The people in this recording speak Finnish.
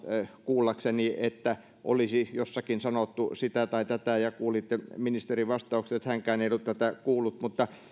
kuullakseni että olisi jossakin sanottu sitä tai tätä ja kuulitte ministerin vastaukset hänkään ei ollut tätä kuullut mutta